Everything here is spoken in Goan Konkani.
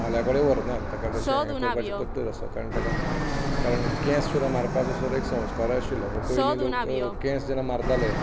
म्हाल्या कडेन व्हरनात ताका तशें हें करपाचें पध्दत आसा कारण तेका कारण केंस सुद्दां मारपाचो एक संस्कार आशिल्लो पयलीं लोक केंस जेन्ना मारताले